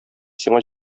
сиңа